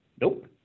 Nope